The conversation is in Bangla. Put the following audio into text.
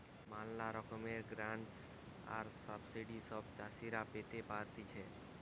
ম্যালা রকমের গ্রান্টস আর সাবসিডি সব চাষীরা পেতে পারতিছে